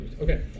Okay